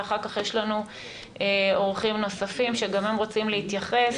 ואחר כך יש לנו אורחים נוספים שגם הם רוצים להתייחס,